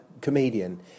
comedian